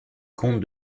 comte